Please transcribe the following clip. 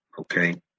okay